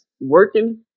working